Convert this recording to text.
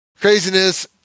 craziness